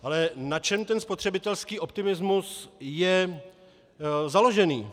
Ale na čem ten spotřebitelský optimismus je založený?